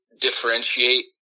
differentiate